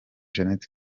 jeannette